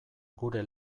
gure